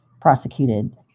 prosecuted